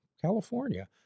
California